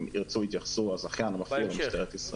ירצו יתייחסו הזכיין --- ומשטרת ישראל.